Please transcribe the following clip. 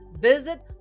Visit